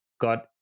got